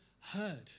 Heard